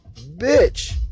Bitch